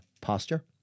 posture